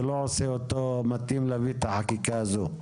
זה לא עושה אותו מתאים להביא את החקיקה הזאת.